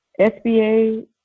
sba